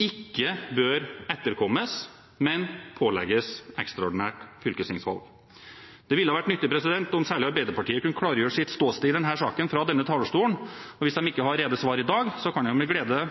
ikke bør etterkommes, men at de pålegges ekstraordinært fylkestingsvalg. Det ville ha vært nyttig om særlig Arbeiderpartiet kunne klargjøre sitt ståsted i denne saken fra denne talerstolen, og hvis de ikke har rede svar i dag, kan jeg med glede